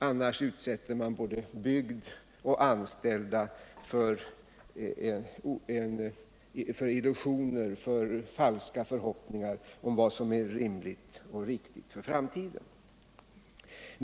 Annars utsätter man både bygd och anställda för illusioner och falska förhoppningar om vad som är rimligt och riktigt för framtiden.